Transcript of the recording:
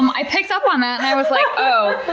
um i picked up on that and i was like, oh.